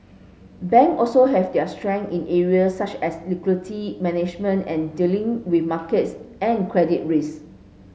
bank also have their strength in areas such as liquidity management and dealing with markets and credit risk